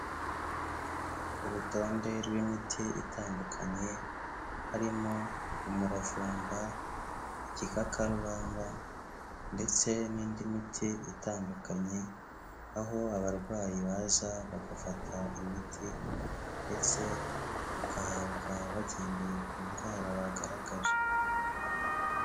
Urutonde rw'imiti itandukanye, harimo umuravumba, igikakarubamba, ndetse n'indi miti itandukanye, aho abarwayi baza bagafata imiti, ndetse bakahabwa bagendeye ku ndwara bagaragaje.